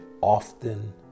often